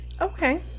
Okay